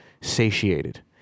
satiated